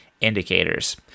indicators